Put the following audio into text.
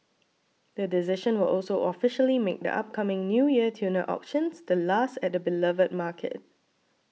the decision will also officially make the upcoming New Year tuna auctions the last at the beloved market